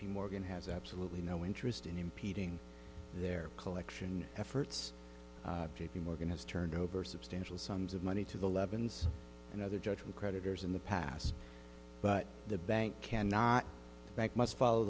p morgan has absolutely no interest in impeding their collection efforts j p morgan has turned over substantial sums of money to the levins and other judgment creditors in the past but the bank can not bank must follow